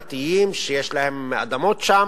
שיש להם אדמות שם,